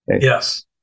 yes